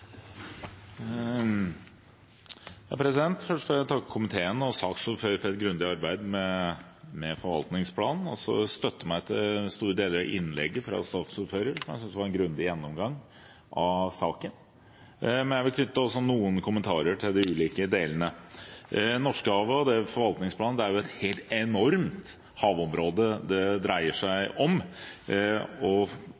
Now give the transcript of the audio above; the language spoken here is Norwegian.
Først vil jeg takke komiteen og saksordføreren for et grundig arbeid med forvaltningsplanen. Jeg vil støtte store deler av innlegget til saksordføreren, jeg synes det var en grundig gjennomgang av saken, men jeg vil også knytte noen kommentarer til de ulike delene. Om Norskehavet og forvaltningsplanen: Det er et enormt havområde det dreier seg